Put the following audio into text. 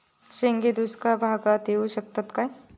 शेंगे दुष्काळ भागाक येऊ शकतत काय?